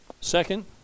Second